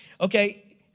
Okay